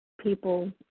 people